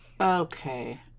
Okay